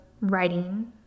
writing